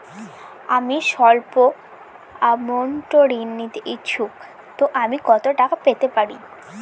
আমি সল্প আমৌন্ট ঋণ নিতে ইচ্ছুক তো আমি কত টাকা পেতে পারি?